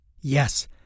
Yes